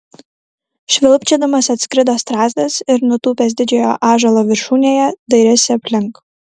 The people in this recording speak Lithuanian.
švilpčiodamas atskrido strazdas ir nutūpęs didžiojo ąžuolo viršūnėje dairėsi aplink